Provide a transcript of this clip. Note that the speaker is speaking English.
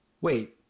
wait